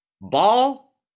ball